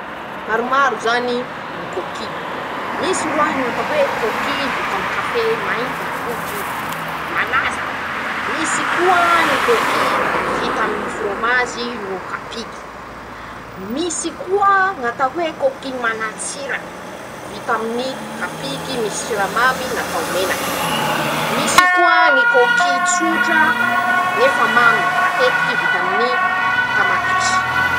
Maromaro zany ñy kôky: -Misy roahy ñ'atao hoe kôky vita aminy ñy kafé mainty na foty io malaza. -Misy koa kôky vita aminy ñy forômazy. no kapiky. -Misy koa ñ'atao hoe kôky manan-tsira vita aminy kapiky misy siramamy natao menaky. .<...> -Misy koa ñy kôky tsotra nefa mamy, matetika vita aminy tamatesy.